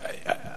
לא אני אמרתי.